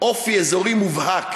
אופי אזורי מובהק